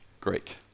Greek